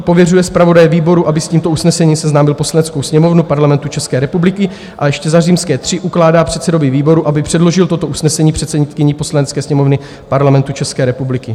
Pověřuje zpravodaje výboru, aby s tímto usnesením seznámil Poslaneckou sněmovnu Parlamentu České republiky, a ještě za III. ukládá předsedovi výboru, aby předložil toto usnesení předsedkyni Poslanecké sněmovny Parlamentu České republiky.